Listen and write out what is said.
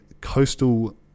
Coastal